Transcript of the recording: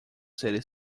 city